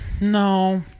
No